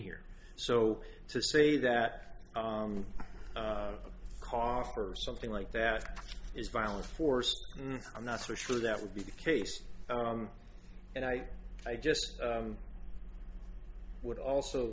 here so to say that a cough or something like that is violent force i'm not so sure that would be the case and i i just would also